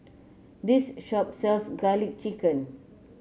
this shop sells garlic chicken